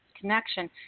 connection